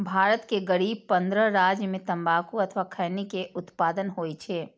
भारत के करीब पंद्रह राज्य मे तंबाकू अथवा खैनी के उत्पादन होइ छै